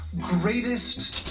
greatest